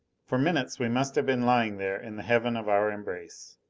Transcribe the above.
for minutes we must have been lying there in the heaven of our embrace.